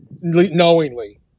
knowingly